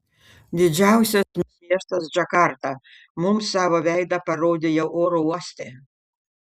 didžiausias miestas džakarta mums savo veidą parodė jau oro uoste